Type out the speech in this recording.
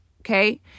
Okay